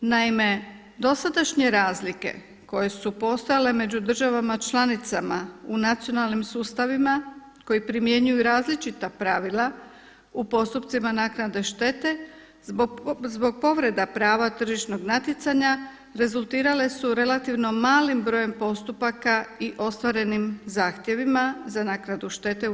Naime, dosadašnje razlike koje su postojale među državama članicama u nacionalnim sustavima koji primjenjuju različita pravila u postupcima naknade štete zbog povreda prava tržišnog natjecanja rezultirale su relativno malim brojem postupaka i ostvarenim zahtjevima za naknadu štetu u EU.